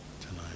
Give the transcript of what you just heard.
tonight